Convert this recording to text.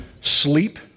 sleep